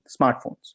smartphones